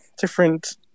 different